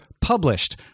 published